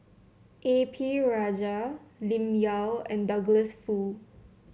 A P Rajah Lim Yau and Douglas Foo